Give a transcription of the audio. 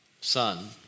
son